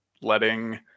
letting